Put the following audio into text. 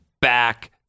back